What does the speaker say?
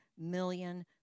million